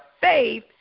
faith